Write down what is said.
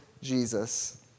Jesus